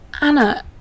Anna